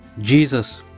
Jesus